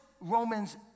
Romans